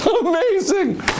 Amazing